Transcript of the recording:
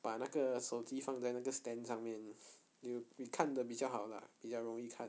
把那个手机放在那个 stand 上面有看得比较好 lah 比较容易看